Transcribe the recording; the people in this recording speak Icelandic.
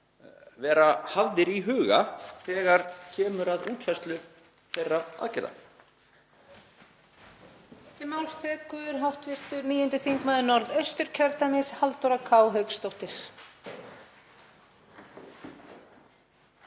hafðir í huga þegar kemur að útfærslu þeirra aðgerða?